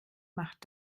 macht